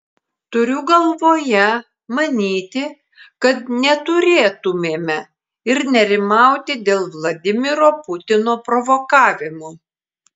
turiu galvoje manyti kad neturėtumėme ir nerimauti dėl vladimiro putino provokavimo